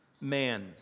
Man